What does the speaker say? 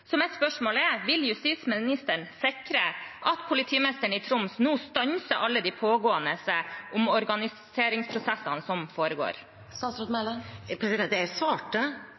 Så mitt spørsmål er: Vil justisministeren sikre at politimesteren i Troms nå stanser alle de pågående omorganiseringsprosessene? Jeg svarte, og jeg svarte